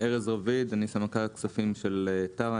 אני סמנכ"ל הכספים של טרה,